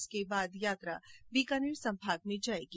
इसके बाद यात्रा बीकानेर संभाग में जायेंगी